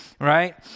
right